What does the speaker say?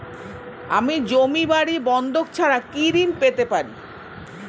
আমি জমি বাড়ি বন্ধক ছাড়া কি ঋণ পেতে পারি?